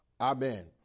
Amen